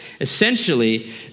Essentially